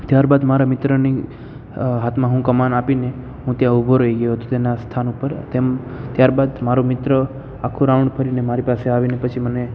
ત્યારબાદ મારા મિત્રની હાથમાં હું કમાન આપીને હું ત્યાં ઊભો રહી ગયો હતો તેના સ્થાન ઉપર તેમ ત્યારબાદ મારો મિત્ર આખો રાઉન્ડ ફરીને મારી પાસે આવીને પછી મને